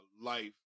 life